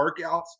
workouts